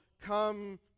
come